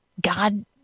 God